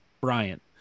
Bryant